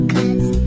Cause